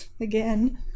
again